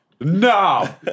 No